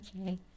Okay